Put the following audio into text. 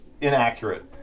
inaccurate